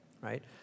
right